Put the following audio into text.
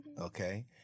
okay